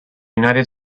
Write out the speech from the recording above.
united